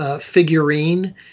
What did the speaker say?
figurine